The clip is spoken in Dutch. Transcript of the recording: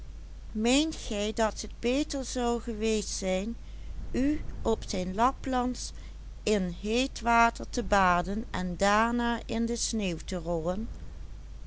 in heet water te baden en daarna in de sneeuw te rollen